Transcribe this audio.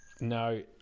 No